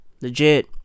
Legit